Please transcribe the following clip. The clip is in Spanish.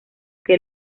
que